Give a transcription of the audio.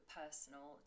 personal